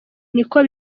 niko